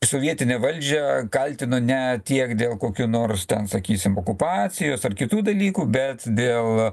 sovietinę valdžią kaltino ne tiek dėl kokių nors ten sakysim okupacijos ar kitų dalykų bet dėl